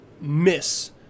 miss